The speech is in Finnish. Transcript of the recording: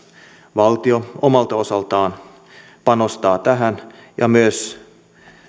valtio omalta osaltaan panostaa tähän ja myös